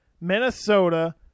Minnesota